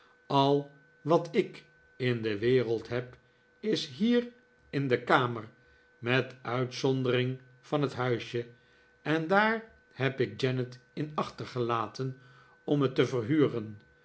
al wat ik in de wereld heb is hier in de kamer met uitzondering van het huisje en daar heb ik janet in achtergelaten om het te verhuren